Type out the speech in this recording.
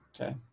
Okay